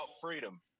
freedom